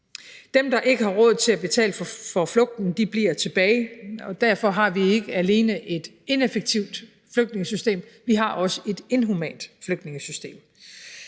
Dem, der ikke har råd til at betale for flugten, bliver tilbage, og derfor har vi ikke alene et ineffektivt flygtningesystem; vi har også et inhumant flygtningesystem.